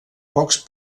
pocs